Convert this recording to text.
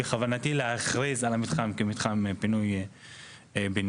בכוונתי להכריז על המתחם כמתחם פינוי בינוי.